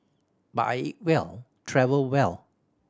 but I eat well travel well